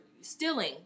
stealing